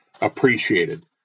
appreciated